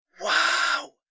wow